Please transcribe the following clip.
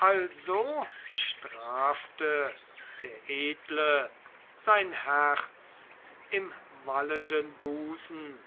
also strafte der edle sein herz im wallenden busen